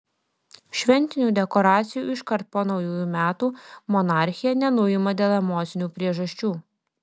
šventinių dekoracijų iškart po naujųjų metų monarchė nenuima dėl emocinių priežasčių